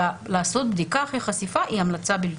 ולעשות בדיקה אחרי חשיפה זו המלצה בלבד.